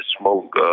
smoke